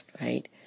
right